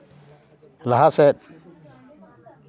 ᱞᱟᱦᱟ ᱥᱮᱫ